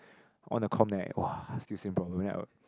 on the com then I [wah] still same problem then I